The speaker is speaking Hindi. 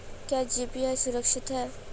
क्या जी.पी.ए सुरक्षित है?